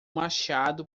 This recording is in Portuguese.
machado